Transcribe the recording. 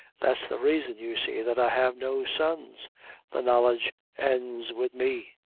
that's the raison, you see, that i have no sons the knowledge ends wid me.